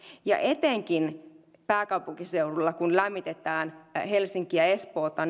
etenkin kun pääkaupunkiseudulla lämmitetään helsinkiä ja espoota